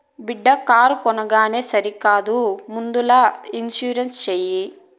బిడ్డా కారు కొనంగానే సరికాదు ముందల ఇన్సూరెన్స్ చేయి